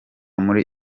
muri